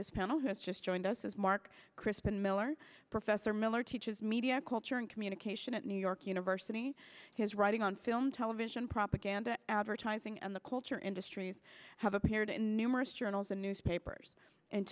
has just joined us is mark crispin miller professor miller teaches media culture and communication at new york university his writing on film television propaganda advertising and the culture industries have appeared in numerous journals and newspapers